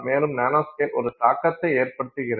மேலும் நானோஸ்கேல் ஒரு தாக்கத்தை ஏற்படுத்துகிறது